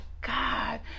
God